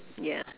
ya